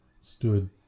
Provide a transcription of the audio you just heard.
stood